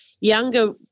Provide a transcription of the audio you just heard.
younger